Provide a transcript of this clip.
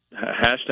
Hashtag